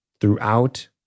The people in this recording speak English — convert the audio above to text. throughout